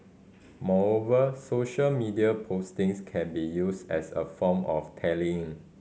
moreover social media postings can be used as a form of tallying